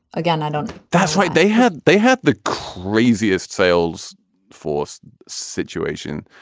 again i don't. that's right they had they had the craziest sales force situation.